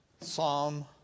Psalm